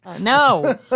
No